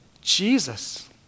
Jesus